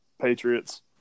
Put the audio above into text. Patriots